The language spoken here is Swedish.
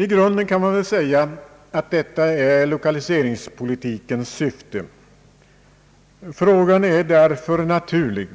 I grunden kan man väl säga att detta är lokaliseringspolitikens syfte. Frågan är därför naturlig: